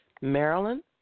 Maryland